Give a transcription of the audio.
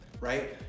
right